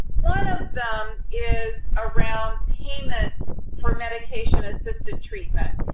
one of them is around payment for medication-assisted treatment.